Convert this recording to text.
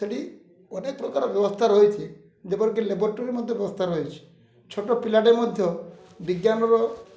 ସେଇଠି ଅନେକ ପ୍ରକାର ବ୍ୟବସ୍ଥା ରହିଛି ଯେପରିକି ଲାବ୍ରୋଟୋରୀ ମଧ୍ୟ ବ୍ୟବସ୍ଥା ରହିଛି ଛୋଟ ପିଲାଟେ ମଧ୍ୟ ବିଜ୍ଞାନର